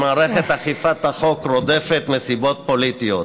שמערכת אכיפת החוק רודפת מסיבות פוליטיות: